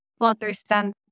understand